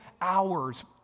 hours